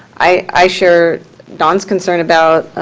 i share don's concern about